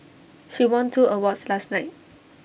she won two awards last night